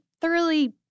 thoroughly